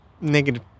negative